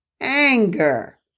anger